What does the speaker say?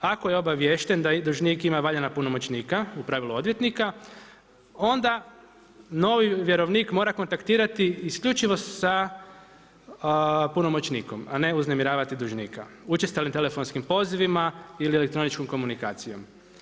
Ako je obaviješten da i dužnik ima valjana opunomoćenika, u pravilu odvjetnika onda novi vjerovnik mora kontaktirati isključivo sa opunomoćenikom, a ne uznemiravati dužnika učestalim telefonskim pozivima ili elektroničnom komunikacijom.